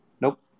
nope